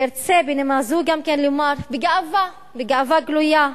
וארצה בנימה זו גם לומר בגאווה, בגאווה גלויה,